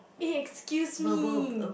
eh excuse me